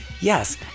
Yes